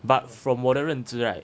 but from 我的认知 right